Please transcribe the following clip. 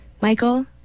Michael